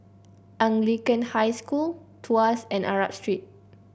Anglican High School Tuas and Arab Street